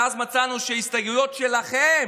ואז מצאנו שההסתייגויות שלכם,